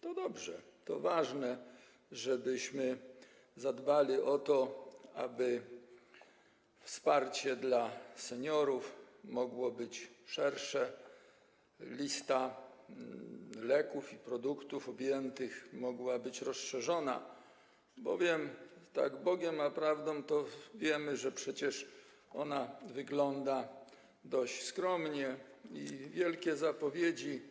To dobrze, to ważne, żebyśmy zadbali o to, aby wsparcie dla seniorów mogło być szersze, a lista leków i produktów tym objętych mogła być rozszerzona, bowiem tak Bogiem a prawdą wiemy, że ona wygląda dość skromnie i wielkie zapowiedzi